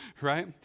right